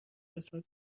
قسمت